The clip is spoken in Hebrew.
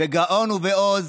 בגאון ובעוז: